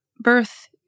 birth